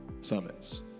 summits